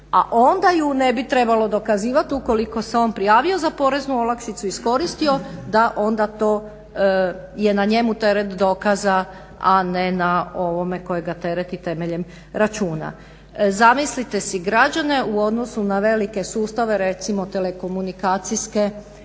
a onda je ne bi trebalo dokazivati ukoliko se on prijavio za poreznu olakšicu i iskoristio da onda to je na njemu teret dokaza, a ne na ovome kojega tereti temeljem računa. Zamislite si građane u odnosu na velike sustave recimo telekomunikacijske